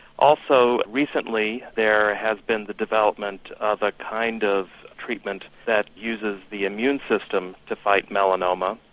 also recently there has been the development of a kind of treatment that uses the immune system to fight melanoma.